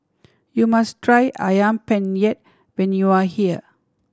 you must try Ayam Penyet when you are here